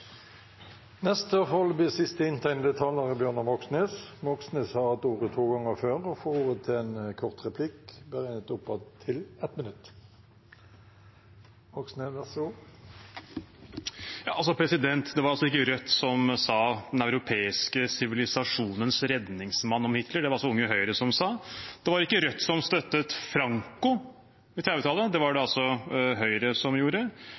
Bjørnar Moxnes har hatt ordet to ganger tidligere og får ordet til en kort merknad, begrenset til 1 minutt. Det var ikke Rødt som sa «den europeiske sivilisasjonens redningsmann» om Hitler, det var det Unge Høyre som sa. Det var ikke Rødt som støttet Franco på 1930-tallet, det var det Høyre som gjorde.